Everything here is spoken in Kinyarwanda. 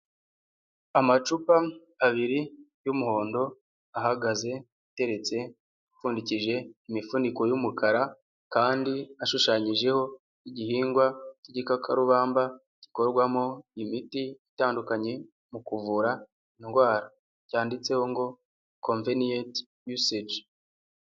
Amacupa abiri y'umuhondo ahagaze ateretse, ipfundikije imifuniko y'umukara kandi ashushanyijeho igihingwa cy'igikakarubamba, gikorwamo imiti itandukanye mu kuvura indwara, cyanditseho ngo conveniente usage.